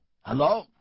Hello